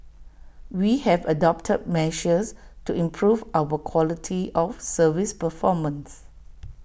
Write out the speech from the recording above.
we have adopted measures to improve our quality of service performance